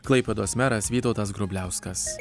klaipėdos meras vytautas grubliauskas